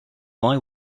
boy